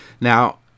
Now